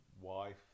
wife